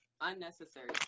unnecessary